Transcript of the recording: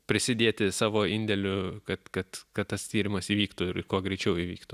prisidėti savo indėliu kad kad kad tas tyrimas įvyktų ir kuo greičiau įvyktų